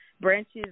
Branches